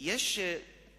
גם